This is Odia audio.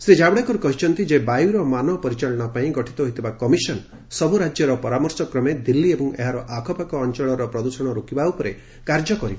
ଶ୍ରୀ ଜାଭଡେକର କହିଛନ୍ତି ଯେ ବାୟୁର ମାନ ପରିଚାଳନା ପାଇଁ ଗଠିତ ହୋଇଥିବା କମିଶନ୍ ସବୁ ରାଜ୍ୟର ପରାମର୍ଶ କ୍ରମେ ଦିଲ୍ଲୀ ଏବଂ ଏହାର ଆଖପାଖ ଅଞ୍ଚଳର ପ୍ରଦୂଷଣ ରୋକିବା ଉପରେ କାର୍ଯ୍ୟ କରିବ